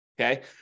okay